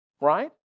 Right